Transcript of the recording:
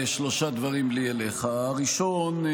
שלושה דברים לי אליך: הראשון,